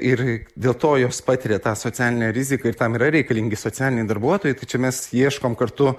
ir dėl to jos patiria tą socialinę riziką ir tam yra reikalingi socialiniai darbuotojai tačiau mes ieškom kartu